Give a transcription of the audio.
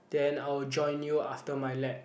then I will join you after my lab